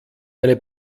eine